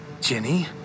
Jenny